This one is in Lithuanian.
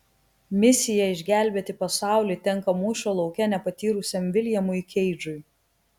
misija išgelbėti pasaulį tenka mūšio lauke nepatyrusiam viljamui keidžui